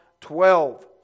twelve